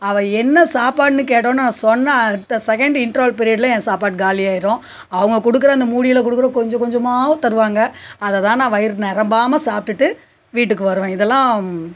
அவள் என்ன சாப்பாடுனு கேட்டஉடனே நான் சொன்ன அடுத்த செகன்டு இண்டர்வல் பீரியட்டில் என் சாப்பாடு காலியாகிரும் அவங்கள் கொடுக்குற அந்த மூடியில் கொடுக்குற கொஞ்சக்கொஞ்சமாக தருவாங்கள் அதைதான் நான் வயிறு நிரம்பாம சாப்பிட்டு வீட்டுக்கு வருவேன் இதலாம்